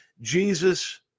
Jesus